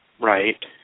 Right